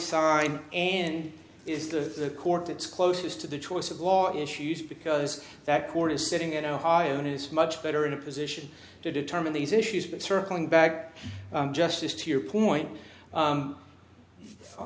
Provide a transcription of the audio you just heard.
sign and is the court that's closest to the choice of law issues because that court is sitting in ohio and it's much better in a position to determine these issues but circling back to justice to your point u